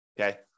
okay